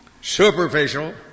superficial